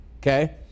okay